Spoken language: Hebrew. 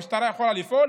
המשטרה יכולה לפעול?